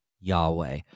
Yahweh